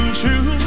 true